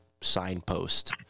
signpost